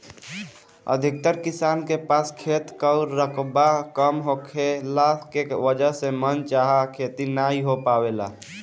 अधिकतर किसान के पास खेत कअ रकबा कम होखला के वजह से मन चाहा खेती नाइ हो पावेला